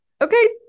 okay